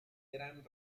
gran